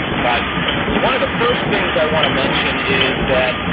but one of the first things i want to mention is that,